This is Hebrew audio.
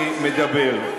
אני אסביר על מה אני מדבר.